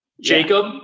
Jacob